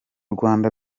rwanda